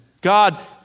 God